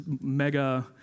mega